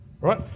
right